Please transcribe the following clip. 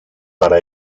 para